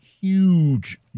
huge